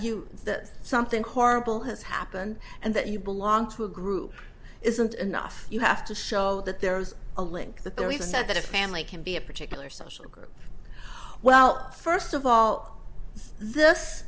you that something horrible has happened and that you belong to a group isn't enough you have to show that there is a link there he said that a family can be a particular social group well st of all this